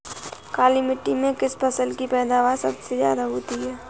काली मिट्टी में किस फसल की पैदावार सबसे ज्यादा होगी?